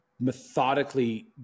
methodically